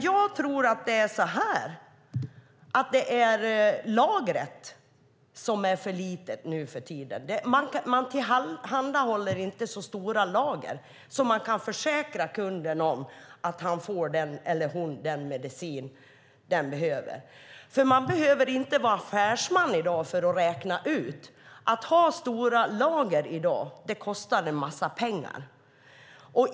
Jag tror att det är lagret som är för litet nu för tiden. Man håller inte så stora lager att man kan försäkra kunderna om att de får den medicin de behöver. Man behöver inte vara affärsman för att räkna ut att det kostar en massa pengar att ha stora lager i dag.